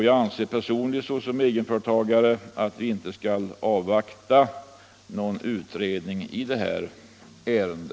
Jag anser personligen såsom egenföretagare att vi — reföreningarna, inte skall avvakta någon utredning i detta ärende.